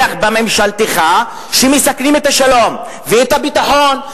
בממשלתך שמסכנים את השלום ואת הביטחון,